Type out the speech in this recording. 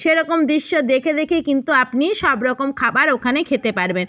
সেরকম দৃশ্য দেখে দেখেই কিন্তু আপনি সব রকম খাবার ওখানে খেতে পারবেন